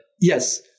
yes